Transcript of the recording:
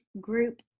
group